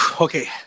Okay